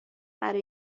برای